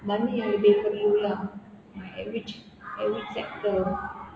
mana yang lebih perlu lah at which at which sector